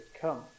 come